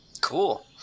Cool